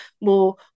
more